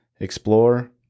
Explore